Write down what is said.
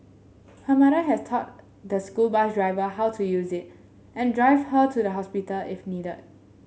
her mother has taught the school bus driver how to use it and drive her to the hospital if needed